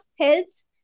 helps